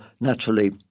naturally